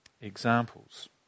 examples